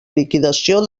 liquidació